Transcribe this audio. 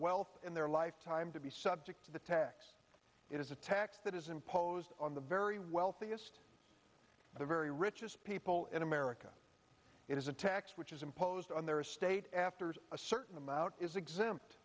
wealth in their lifetime to be subject to the tax it is a tax that is imposed on the very wealthiest the very richest people in america it is a tax which is imposed on their state after a certain amount is exempt